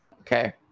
Okay